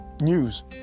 news